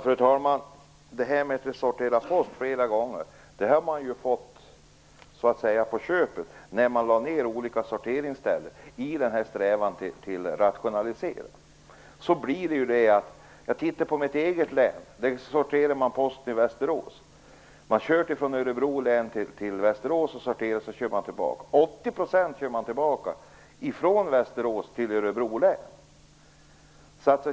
Fru talman! Att Posten sorteras flera gånger fick man på köpet när man lade ned olika sorteringsställen i strävan till rationalisering. Jag ser samma sak i mitt eget län. Posten körs från Örebro län till Västerås, där den sorteras. Sedan körs den tillbaka. 80 % körs tillbaka från Västerås till Örebro län.